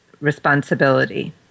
responsibility